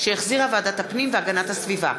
שהחזירה ועדת הפנים והגנת הסביבה.